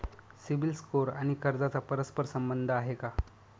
CIBIL score आणि कर्जाचा परस्पर संबंध आहे का?